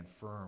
firm